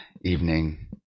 evening